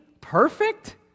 perfect